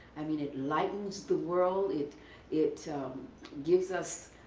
i mean it lightens the world, it it gives us